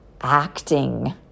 acting